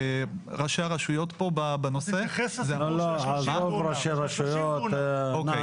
או הפוך - רווחיות נמוכה יותר.